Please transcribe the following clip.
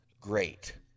great